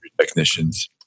technicians